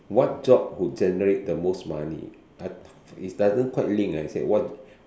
what job would generate the most money I is doesn't quite link ah I say what